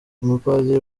umupadiri